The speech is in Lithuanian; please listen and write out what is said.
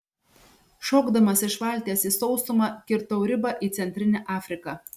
šokdamas iš valties į sausumą kirtau ribą į centrinę afriką